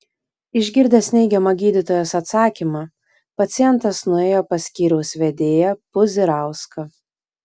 išgirdęs neigiamą gydytojos atsakymą pacientas nuėjo pas skyriaus vedėją puzirauską